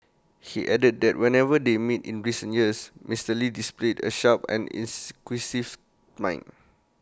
he added that whenever they meet in recent years Mister lee displayed A sharp and mind